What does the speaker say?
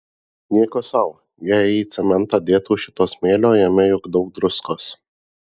nieko sau jei į cementą dėtų šito smėlio jame juk daug druskos